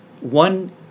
one